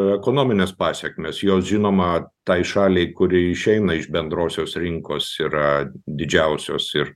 ekonominės pasekmės jos žinoma tai šaliai kuri išeina iš bendrosios rinkos yra didžiausios ir